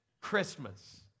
christmas